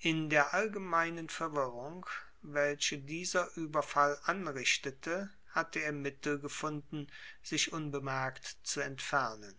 in der allgemeinen verwirrung welche dieser überfall anrichtete hatte er mittel gefunden sich unbemerkt zu entfernen